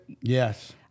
yes